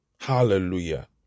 Hallelujah